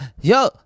Yo